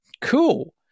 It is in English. cool